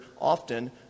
often